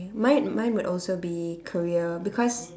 mine mine would also be career because